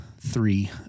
three